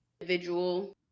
individual